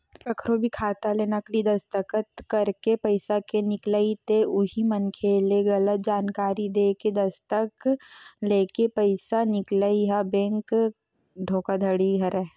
कखरो भी खाता ले नकली दस्कत करके पइसा के निकलई ते उही मनखे ले गलत जानकारी देय के दस्कत लेके पइसा निकलई ह बेंक धोखाघड़ी हरय